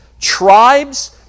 tribes